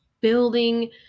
building